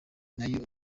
nayo